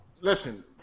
Listen